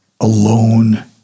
alone